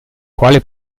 quale